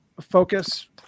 focus